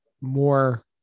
more